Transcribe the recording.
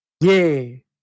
Yay